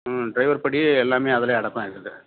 ம் ட்ரைவர் படி எல்லாம் அதில் அடக்கம் ஆகிடுது